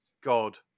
God